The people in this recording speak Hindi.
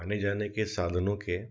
आने जाने के साधनों के